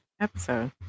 episode